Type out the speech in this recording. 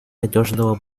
надежного